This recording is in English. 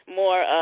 more